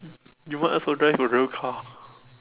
you might as well drive a real car